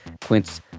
Quince